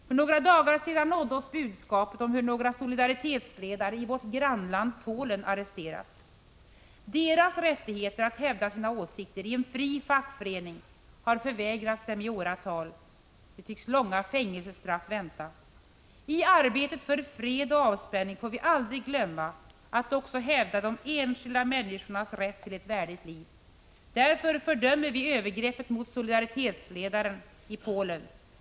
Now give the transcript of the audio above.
För några dagar sedan nådde oss budskapet om hur några Solidaritetsledare i vårt grannland Polen arresterats. Deras rättighet att hävda sina åsikter i en fri fackförening har förvägrats dem i åratal — nu tycks långa fängelsestraff vänta. I arbetet för fred och avspänning får vi aldrig glömma att hävda också enskilda människors rätt till ett värdigt liv. Därför fördömer vi övergreppet mot Solidaritetsledaren i Polen.